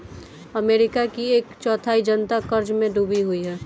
America की एक चौथाई जनता क़र्ज़ में डूबी हुई है